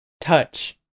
touch